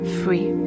free